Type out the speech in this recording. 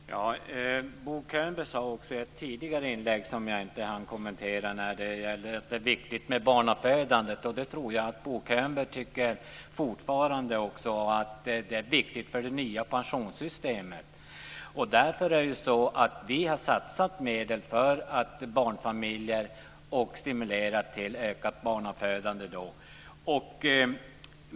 Fru talman! Bo Könberg sade också i ett tidigare inlägg som jag inte hann kommentera att det är viktigt med barnafödande. Det tror jag att Bo Könberg fortfarande tycker. Det är viktigt också för det nya pensionssystemet. Därför har vi satsat medel för barnfamiljer och för att stimulera till ökat barnafödande.